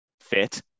fit